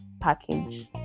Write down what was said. package